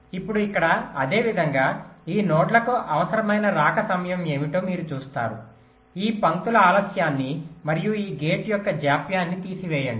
ఇప్పుడు ఇక్కడ అదేవిధంగా ఈ నోడ్లకు అవసరమైన రాక సమయం ఏమిటో మీరు చూస్తారు ఈ పంక్తుల ఆలస్యాన్ని మరియు ఈ గేట్ యొక్క జాప్యం తీసివేయండి